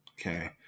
Okay